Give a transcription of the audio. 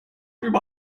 über